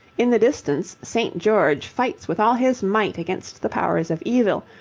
in the distance st. george fights with all his might against the powers of evil,